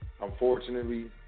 Unfortunately